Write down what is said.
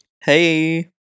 Hey